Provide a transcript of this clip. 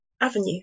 avenue